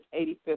85th